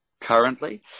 currently